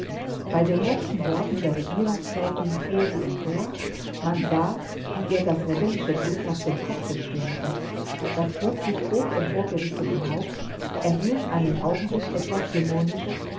bei den letzten worten der regierungsrätin fuhr sie empor man sah wie ihr das rebellische blut nach dem kopfe stürmte das plötzlich hoch empor gerichtete haupt erhielt einen augenblick etwas dämonisches